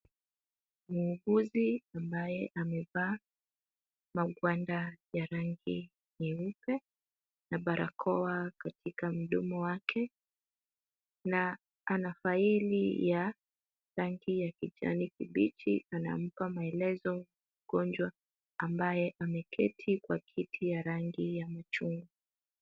Muuguzi ambaye amevaa mangwanda ya rangi nyeupe na barakoa katika mdomo wake na ana faili ya rangi ya kijani kibichi, anampa maelezo mgonjwa ambaye ameketi kwa kiti ya rangi ya machungwa.